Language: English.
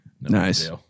Nice